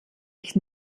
ich